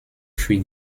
für